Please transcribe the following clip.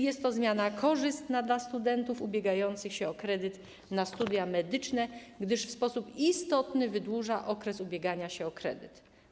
Jest to zmiana korzystna dla studentów ubiegających się o kredyt na studia medyczne, gdyż w sposób istotny wydłuża okres ubiegania się o kredyt.